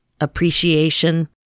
appreciation